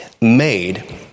made